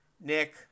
Nick